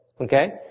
Okay